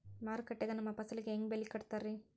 ಮಾರುಕಟ್ಟೆ ಗ ನಮ್ಮ ಫಸಲಿಗೆ ಹೆಂಗ್ ಬೆಲೆ ಕಟ್ಟುತ್ತಾರ ರಿ?